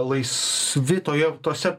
laisvi toje tose